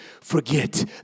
forget